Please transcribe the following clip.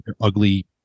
ugly